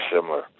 similar